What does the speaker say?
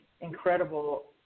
incredible